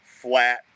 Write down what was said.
flat